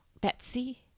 Betsy